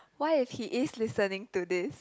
what if he is listening to this